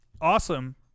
Awesome